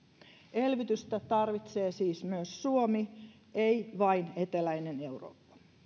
elvytystä tarvitsee siis myös suomi ei vain eteläinen eurooppa